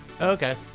Okay